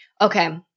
Okay